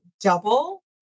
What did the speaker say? double